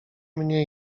mnie